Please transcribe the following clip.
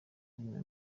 rimwe